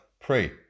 pray